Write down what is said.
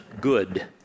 good